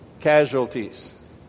casualties